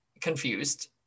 confused